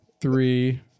three